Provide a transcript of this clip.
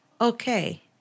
okay